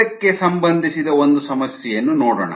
ಇದಕ್ಕೆ ಸಂಬಂಧಿಸಿದ ಒಂದು ಸಮಸ್ಯೆಯನ್ನು ನೋಡೋಣ